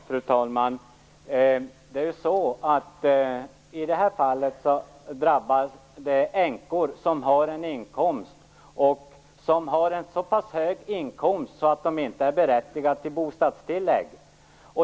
Fru talman! I det här fallet drabbas de änkor som har en så pass hög inkomst att de inte är berättigade till bostadstillägg.